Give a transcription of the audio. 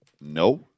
no